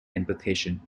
implication